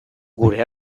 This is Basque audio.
gure